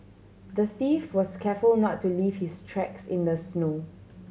the thief was careful not to leave his tracks in the snow